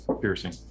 piercing